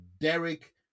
Derek